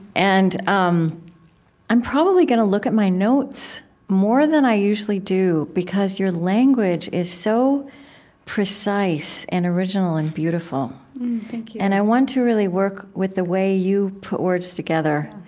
and um i'm probably going to look at my notes more than i usually do because your language is so precise, and original, and and i want to really work with the way you put words together.